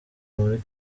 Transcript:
muri